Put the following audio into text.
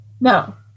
no